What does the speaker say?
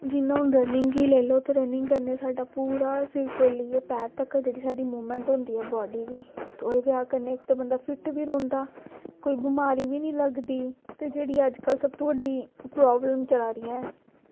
जि'यां हून रनिंग गी लेई लैओ ते रनिंग साढ़ा सिर कोला लेइयै पैर तोड़ी जेह्ड़ी मूवमेंट ऐ ओह् होंदी ऐ बॉडी दी ते ओह्दे कन्नै बंदा फिट बी रौहंदा ते कोई बमारी बी नेईं लगदी होर सब तू बड्डी प्रॉब्लम चला दियां